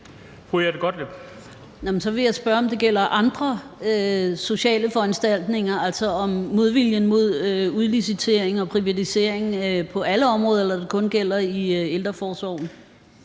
så vil jeg spørge, om det gælder andre sociale foranstaltninger, altså om modviljen mod udlicitering og privatisering er på alle områder. Eller om det kun gælder i ældreforsorgen.